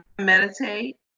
meditate